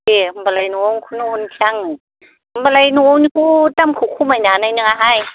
दे होनबालाय न'निखौनो हरनोसै आङो होनबालाय न'निखौ दामखौ खमायनो हानाय नङाहाय